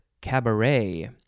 cabaret